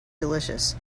delicious